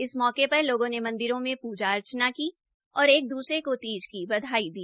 इस मौके पर लोगों ने मंदिरों में पूजा अर्चना की और एक दूसरे को तीज की बधाई दी